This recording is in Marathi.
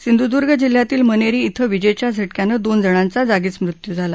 सिंधूदर्ग जिल्ह्यातील मनेरी इथं विजेच्या झटक्यानं दोन जणांचा जागीच मृत्यू झाला